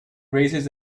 raises